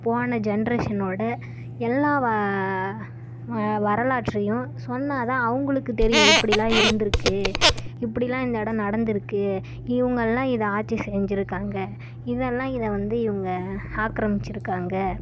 போன ஜென்ரேஷனோடய எல்லா வ வரலாற்றையும் சொன்னால்தான் அவர்களுக்கு தெரியும் இப்படிலாம் இருந்திருக்கு இப்படிலாம் இந்த இடம் நடந்திருக்கு இவங்கள்லாம் இதை ஆட்சி செஞ்சுருக்காங்க இதெல்லாம் இதை வந்து இவங்க ஆக்கிரமிச்சுருக்காங்க